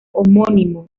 homónimo